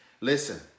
listen